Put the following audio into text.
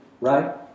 right